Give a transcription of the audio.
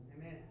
Amen